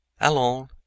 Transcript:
Allons